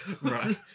Right